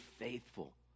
faithful